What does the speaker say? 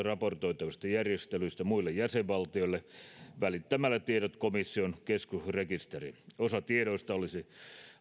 raportoitavista järjestelyistä muille jäsenvaltioille välittämällä tiedot komission keskusrekisteriin osa tiedoista olisi